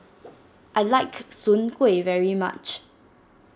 I like Soon Kueh very much